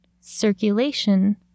circulation